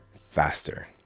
faster